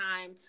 time